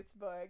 Facebook